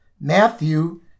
Matthew